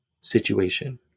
situation